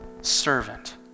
servant